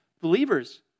believers